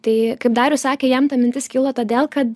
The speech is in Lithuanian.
tai kaip darius sakė jam ta mintis kilo todėl kad